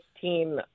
team